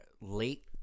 late